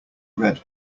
read